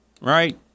Right